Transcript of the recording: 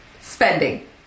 spending